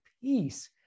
peace